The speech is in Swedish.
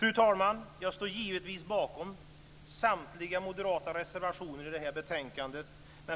Fru talman! Jag står givetvis bakom samtliga moderata reservationer i det här betänkandet.